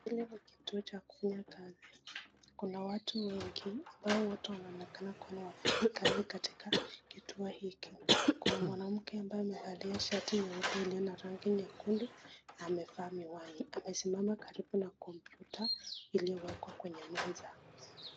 Hili ni kituo cha kufanya kazi, kuna watu wengi ambao wote wanaonekana ni wafanyikazi katika kituo hiki, kuna mwanamke aliye valia shati nyeupe iliyo na rangi nyekundu na amevaa miwani, na amesimama karibu na kompyuta iliyowekwa kwenye meza.